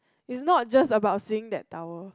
is not just about seeing that tower